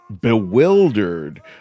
bewildered